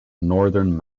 northern